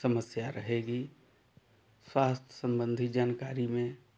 समस्या रहेगी स्वास्थ संबंधी जानकारी में